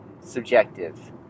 subjective